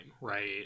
right